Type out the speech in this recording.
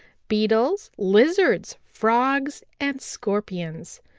beetles, lizards, frogs and scorpions.